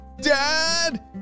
Dad